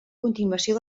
continuació